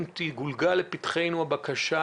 אם תגולגל לפתחנו הבקשה